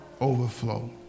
overflow